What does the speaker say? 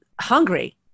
hungry